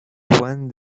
juan